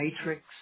matrix